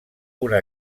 una